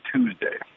Tuesday